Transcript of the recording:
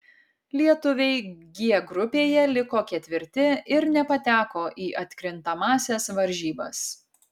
lietuviai g grupėje liko ketvirti ir nepateko į atkrintamąsias varžybas